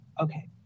Okay